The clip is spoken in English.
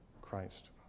Christ